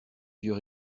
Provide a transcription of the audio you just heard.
vieux